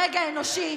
ברגע אנושי,